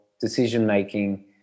decision-making